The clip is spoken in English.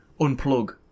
unplug